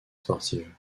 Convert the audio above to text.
sportive